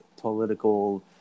political